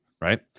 right